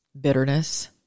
bitterness